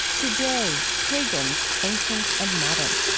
today, pagans ancient and modern.